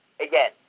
again